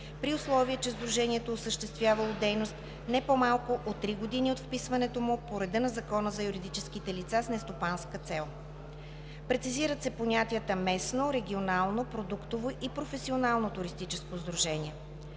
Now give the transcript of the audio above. при условие че сдружението е осъществявало дейност не по-малко от 3 години от вписването му по реда на Закона за юридическите лица с нестопанска цел. Прецизират се понятията „местно“, „регионално“, „продуктово“ и „професионално“ туристическо сдружение.